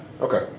Okay